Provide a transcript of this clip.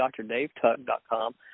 drdavetuck.com